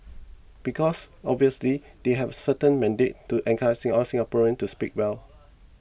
because obviously they have certain mandate to encourage all Singaporeans to speak well